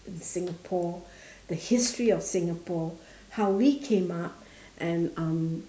singapore the history of singapore how we came up and um